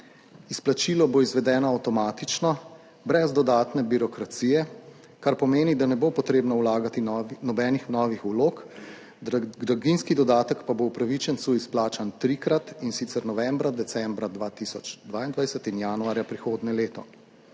Izplačilo bo izvedeno avtomatično, brez dodatne birokracije, kar pomeni, da ne bo treba vlagati nobenih novih vlog, draginjski dodatek pa bo upravičencu izplačan trikrat, in sicer novembra, decembra 2022 in januarja prihodnje leto.